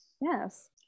yes